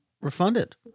refunded